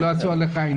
שלא יעשו עליך עין